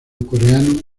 coreano